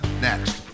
next